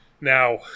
Now